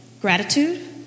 gratitude